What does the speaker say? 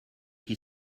qui